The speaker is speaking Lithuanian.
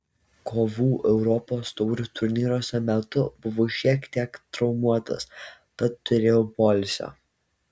kovų europos taurių turnyruose metu buvau šiek tiek traumuotas tad turėjau poilsio